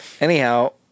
anyhow